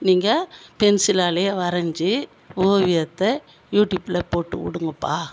நீங்கள் பென்சிலாலயே வரைஞ்சி ஓவியத்தை யூடியூப்பில் போட்டு விடுங்கப்பா